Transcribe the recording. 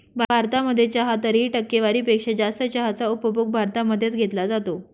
भारतामध्ये चहा तरीही, टक्केवारी पेक्षा जास्त चहाचा उपभोग भारतामध्ये च घेतला जातो